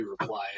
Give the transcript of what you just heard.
reply